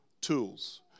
tools